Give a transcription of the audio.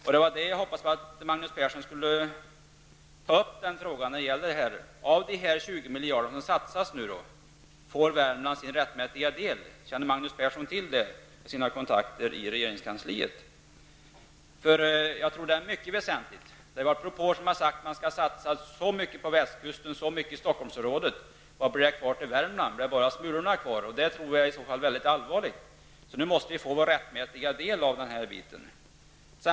Jag hade hoppats att Magnus Persson skulle ta upp den frågan. Får Värmland sin rättmätiga andel av de 20 miljarder som satsas? Känner Magnus Persson till detta genom sina kontakter i regeringskansliet? Det är mycket väsentligt. Det finns propåer om att man skall satsa så mycket på västkusten och så mycket i Stockholmsområdet. Vad blir då kvar till Värmland? Bara smulorna? Det är i så fall väldigt allvarligt. Nu måste vi få vår rättmätiga del av denna bit.